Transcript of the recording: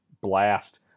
blast